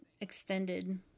extended